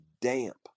damp